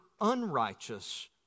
unrighteous